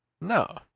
No